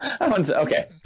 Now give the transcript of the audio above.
okay